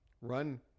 run